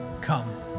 come